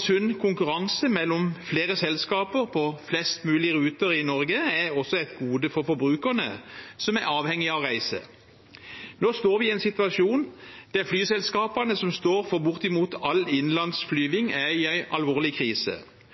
sunn konkurranse mellom flere selskaper på flest mulige ruter i Norge er også et gode for forbrukerne som er avhengig av å reise. Nå står vi i en situasjon der flyselskapene som står for bortimot all innenlands flyving, er i en alvorlig krise.